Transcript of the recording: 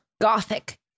Gothic